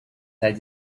that